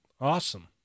Awesome